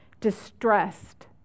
distressed